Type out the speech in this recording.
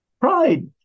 pride